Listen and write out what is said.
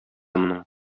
моның